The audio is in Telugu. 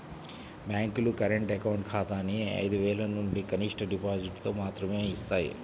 బ్యేంకులు కరెంట్ అకౌంట్ ఖాతాని ఐదు వేలనుంచి కనిష్ట డిపాజిటుతో మాత్రమే యిస్తాయి